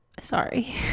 sorry